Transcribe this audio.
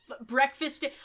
Breakfast